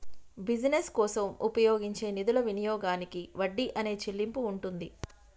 business కోసం ఉపయోగించే నిధుల వినియోగానికి వడ్డీ అనే చెల్లింపు ఉంటుంది